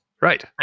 Right